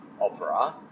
opera